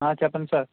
చెప్పండి సార్